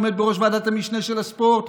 עומד בראש ועדת המשנה של הספורט,